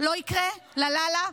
לא יקרה / לה לה לה,